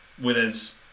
Whereas